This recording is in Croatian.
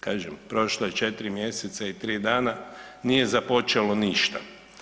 Kažem prošlo je 4 mjeseca i 3 dana nije započelo ništa.